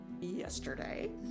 yesterday